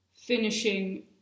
finishing